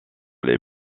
les